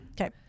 Okay